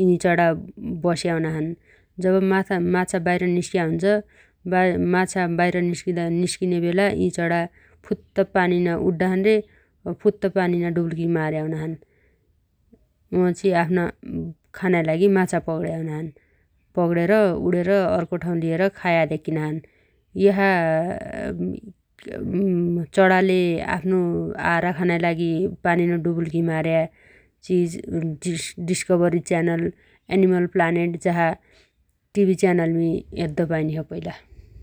यीनी चणा बस्या हुनाछन् । जब माछा-माछा बाइर निस्ग्या हुनोछ, माछा बाइर निस्किदा-निस्किने बेला यी चणा फुत्त पानीना उड्डाछन् रे फुत्त पानीना डुबुल्की मार्या हुनाछन् । वापछी आफ्ना खानाइ लागि माछा पक्ण्या हुनाछन् । पक्णेर उडेर अर्खा ठाउँ लिएर खाया धेक्कीनाछन् । यसा चणाले आफ्नो आहारा खानाइ लागि पानीनो डुबुल्की मार्या चीज डिस्कभरी च्यानल, एनिमल प्लानेट जसा टिभी च्यानलमी हेद्द पाइनोछ्यो पैला ।